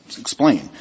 Explain